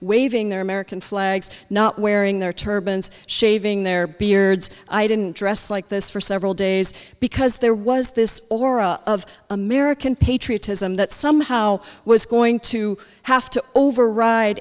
waving their american flags not wearing their turbans shaving their beards i didn't dress like this for several days because there was this aura of american patriotism that somehow was going to have to override